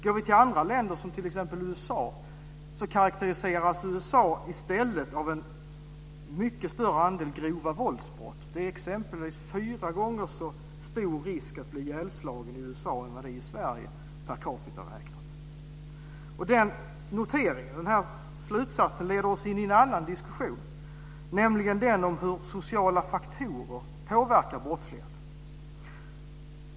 Går vi till andra länder, som t.ex. USA, kan vi se att USA i stället karakteriseras av en mycket större andel grova våldsbrott. Det är exempelvis fyra gånger så stor risk att bli ihjälslagen i USA än i Sverige, per capita räknat. Den här slutsatsen leder oss in i en annan diskussion, nämligen den om hur sociala faktorer påverkar brottsligheten.